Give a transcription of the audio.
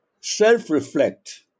self-reflect